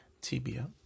tibia